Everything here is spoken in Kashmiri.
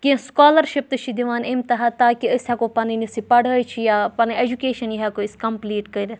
کیٚنٛہہ سُکالَرشِپ تہِ چھِ دِوان اَمہِ تحت تاکہِ أسۍ ہیٚکو پَنٕنۍ یُس یہِ پَڑھٲے چھِ یا پَنٕنۍ ایٚجوٗکیشَن یہِ ہیٚکو أسۍ کَمپُلیٖٹ کٔرِتھ